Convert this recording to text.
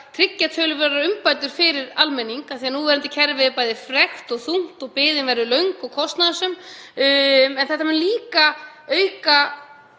tryggja töluverðar umbætur fyrir almenning af því að núverandi kerfi er bæði frekt og þungt og biðin er oft löng og kostnaðarsöm. En þetta mun líka auka